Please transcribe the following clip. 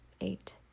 eight